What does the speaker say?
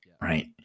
right